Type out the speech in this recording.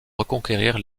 reconquérir